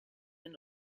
and